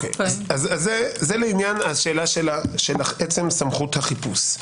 זה לעניין השאלה של עצם סמכות החיפוש.